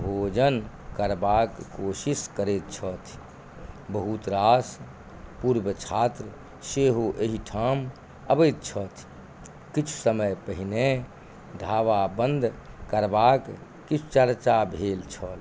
भोजन करबाक कोशिश करै छथि बहुत रास पूर्व छात्र सेहो एहि ठाम अबैत छथि किछु समय पहिने ढाबा बन्द करबाक किछु चर्चा भेल छल